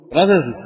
Brothers